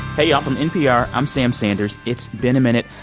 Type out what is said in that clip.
hey, y'all. from npr, i'm sam sanders. it's been a minute.